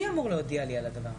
הן לא אמורות להודיע לי על זה.